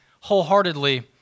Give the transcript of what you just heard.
wholeheartedly